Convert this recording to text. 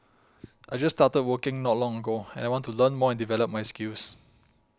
I just started working not long ago and I want to learn more and develop my skills